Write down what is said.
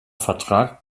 vertrag